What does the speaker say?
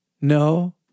no